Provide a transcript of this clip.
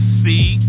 see